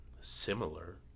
similar